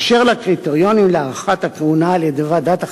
אשר לקריטריונים להארכת הכהונה על-ידי ועדת החריגים,